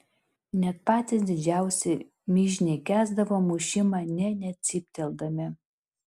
net patys didžiausi mižniai kęsdavo mušimą nė necypteldami